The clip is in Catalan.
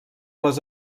les